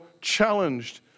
challenged